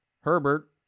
Herbert